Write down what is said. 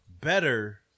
better